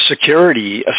security